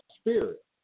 spirit